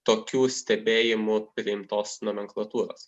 tokių stebėjimų priimtos nomenklatūros